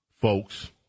folks